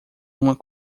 uma